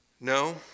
No